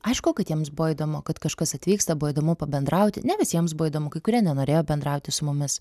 aišku kad jiems buvo įdomu kad kažkas atvyksta buvo įdomu pabendrauti ne visiems buvo įdomu kai kurie nenorėjo bendrauti su mumis